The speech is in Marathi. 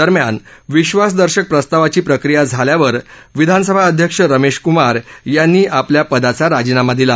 दरम्यान विधासदर्शक प्रस्तावाची प्रक्रिया झाल्यावर विधानसभा अध्यक्ष रमेश कुमार यांनी आपल्या पदाचा राजीनामा दिला